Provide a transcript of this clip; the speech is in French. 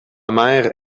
mère